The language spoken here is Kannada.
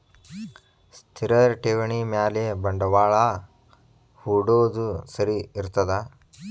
ಸ್ಥಿರ ಠೇವಣಿ ಮ್ಯಾಲೆ ಬಂಡವಾಳಾ ಹೂಡೋದು ಸರಿ ಇರ್ತದಾ?